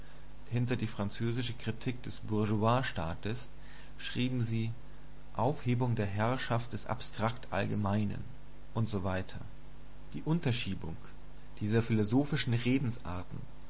hinter die französische kritik des bourgeoisstaates schrieben sie aufhebung der herrschaft des abstrakten allgemeinen usw die unterschiebung dieser philosophischen redensarten